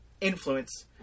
influence